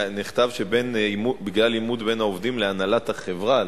נכתב שבגלל עימות בין העובדים להנהלת החברה,